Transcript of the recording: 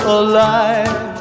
alive